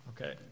Okay